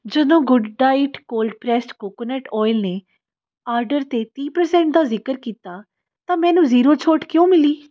ਜਦੋਂ Good Diet cold pressed coconut oil ਨੇ order 'ਤੇ ਤੀਹ ਪ੍ਰਸੈਂਟ ਦਾ ਜ਼ਿਕਰ ਕੀਤਾ ਤਾਂ ਮੈਨੂੰ ਜ਼ੀਰੋ ਛੋਟ ਕਿਉਂ ਮਿਲੀ